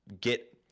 get